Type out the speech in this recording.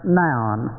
noun